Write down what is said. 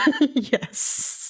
yes